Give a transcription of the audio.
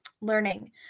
learning